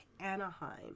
Anaheim